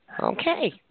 Okay